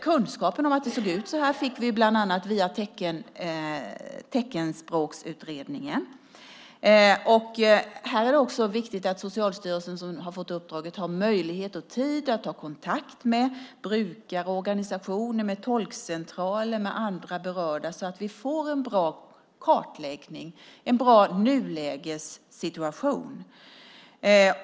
Kunskapen om att det såg ut så här fick vi bland annat via Teckenspråksutredningen. Det är också viktigt att Socialstyrelsen som har fått uppdraget har möjlighet och tid att ta kontakt med brukarorganisationer, med tolkcentraler eller med andra berörda så att vi får en bra kartläggning och en bra nulägessituation.